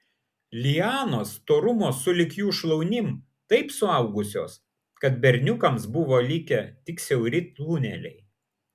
lianos storumo sulig jų šlaunim taip suaugusios kad berniukams buvo likę tik siauri tuneliai